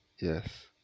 Yes